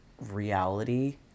reality